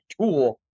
tool